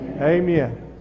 Amen